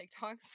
TikToks